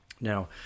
now